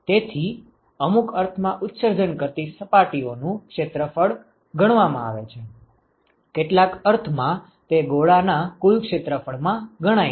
તેથી અમુક અર્થમાં ઉત્સર્જન કરતી સપાટીઓનું ક્ષેત્રફળ ગણવામાં આવે છે કેટલાક અર્થમાં તે ગોળા ના કુલ ક્ષેત્રફળ માં ગણાય છે